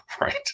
right